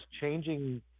changing